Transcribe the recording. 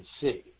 see